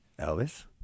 Elvis